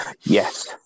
Yes